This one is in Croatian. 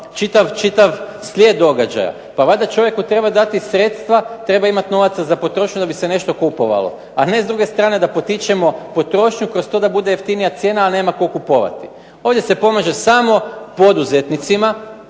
čitav slijed događaja. Pa valjda čovjeku treba dati sredstva, treba imati novaca za potrošnju da bi se nešto kupovalo. A ne s druge strane da potičemo potrošnju kroz to da bude jeftinija cijena,a nema tko kupovati. Ovdje se pomaže samo poduzetnicima.